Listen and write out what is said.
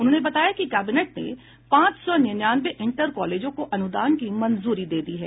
उन्होंने बताया कि कैबिनेट ने पांच सौ निन्यानवे इंटर कॉलेजों को अनुदान की मंजूरी दे दी है